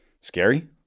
scary